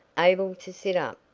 able to sit up,